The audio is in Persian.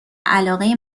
علاقه